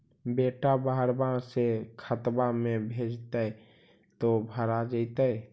बेटा बहरबा से खतबा में भेजते तो भरा जैतय?